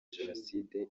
jenoside